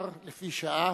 שני,